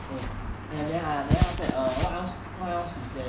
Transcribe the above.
oh and then then after that err what else what else is there